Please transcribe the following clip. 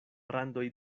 randoj